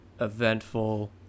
eventful